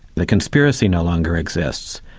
the conspiracy no longer exists.